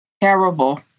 Terrible